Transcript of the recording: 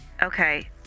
Okay